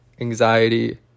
anxiety